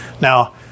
Now